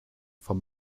from